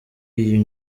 iyo